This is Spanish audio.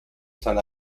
san